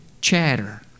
chatter